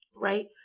Right